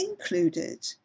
included